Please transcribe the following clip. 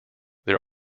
there